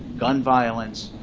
gun violence.